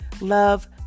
love